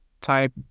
type